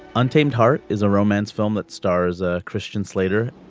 untamed heart is a romance film that stars ah christian slater